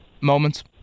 moments